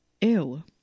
Ew